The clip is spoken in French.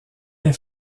est